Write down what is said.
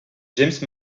james